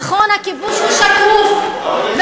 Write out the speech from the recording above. נכון, הכיבוש הוא מאוד שקוף.